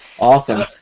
Awesome